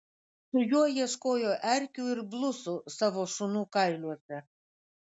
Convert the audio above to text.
su juo ieškojo erkių ir blusų savo šunų kailiuose